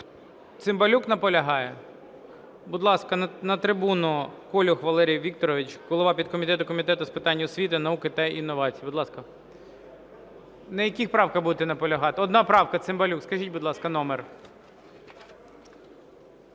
Цимбалюк наполягає. Будь ласка, на трибуну Колюх Валерій Вікторович, голова підкомітету Комітету з питань освіти, науки та інновацій. Будь ласка. На яких правках будете наполягати? Одна правка. Цимбалюк, скажіть, будь ласка, номер.